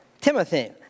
Timothy